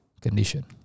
condition